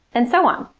and so on.